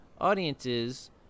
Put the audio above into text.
audiences